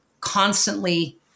constantly